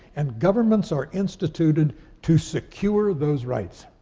and governments are instituted to secure those rights.